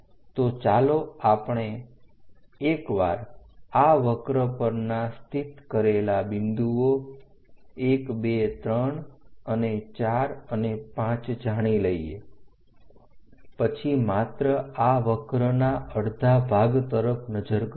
તો ચાલો આપણે એકવાર આ વક્ર પરના સ્થિત કરેલા બિંદુઓ 123 અને 4 અને 5 જાણી લઈએ પછી માત્ર આ વક્રના અડધા ભાગ તરફ નજર કરીએ